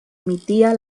emitía